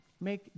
make